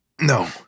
No